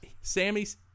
Sammy's